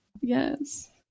Yes